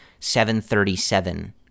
737